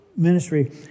ministry